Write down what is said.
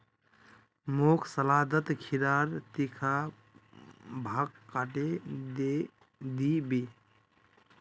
मोक सलादत खीरार तीखा भाग काटे दी बो